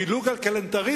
פילוג על כלנתריזם,